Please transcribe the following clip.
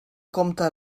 comte